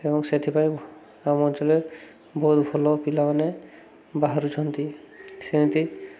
ଏବଂ ସେଥିପାଇଁ ଆମ ଅଞ୍ଚରେ ବହୁତ ଭଲ ପିଲାମାନେ ବାହାରୁଛନ୍ତି ସେମିତି